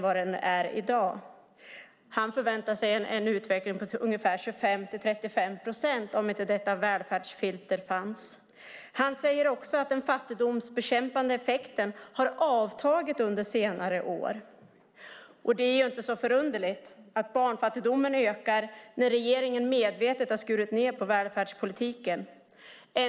Utan detta välfärdsfilter väntar Salonen sig en utveckling med 25-35 procent fattiga. Han säger också att den fattigdomsbekämpande effekten avtagit under senare år. Det är inte så underligt att barnfattigdomen ökar när regeringen medvetet har skurit ned i välfärdspolitiken.